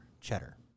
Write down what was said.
Cheddar